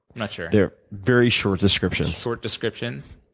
not sure. they're very short descriptions. short descriptions,